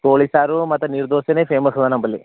ಕೋಳಿ ಸಾರು ಮತ್ತು ನೀರು ದೋಸೆನೆ ಫೇಮಸ್ಸು ನಂಬಲ್ಲಿ